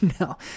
No